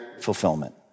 fulfillment